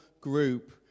group